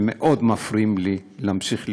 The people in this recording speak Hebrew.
שמאוד מפריעים לי להמשיך לנאום.